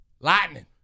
lightning